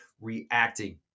reacting